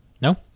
no